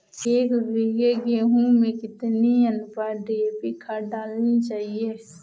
एक बीघे गेहूँ में कितनी अनुपात में डी.ए.पी खाद डालनी चाहिए?